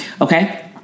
okay